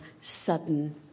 sudden